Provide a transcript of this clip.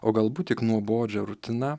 o galbūt tik nuobodžia rutina